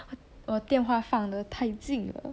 我电话放得太近了